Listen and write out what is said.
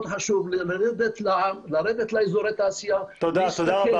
לרדת לעם, לרדת לאזורי התעשייה ולהסתכל.